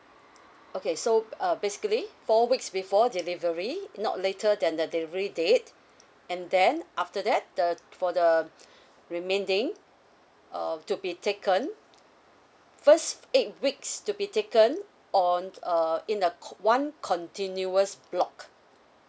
okay so uh basically four weeks before delivery not later than the delivery date and then after that the for the remaining uh to be taken first eight weeks to be taken on uh in a co~ one continuous block